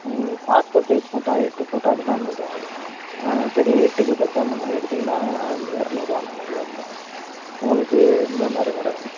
ம் passport size photo எட்டு photo எடுத்தால் நூறுபா ஆகிடும் மேடம் பெரிய எட்டுக்கு பத்து அந்த மாதிரி எடுத்திங்கன்னா எரநூறுவா அந்த மாதிரி வரும் மேடம் உங்களுக்கு எந்த மாதிரி மேடம் வேணும்